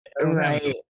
right